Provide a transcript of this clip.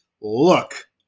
look